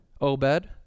Obed